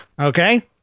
Okay